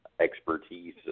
expertise